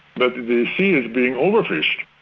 but the sea is being over-fished.